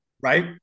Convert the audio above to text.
Right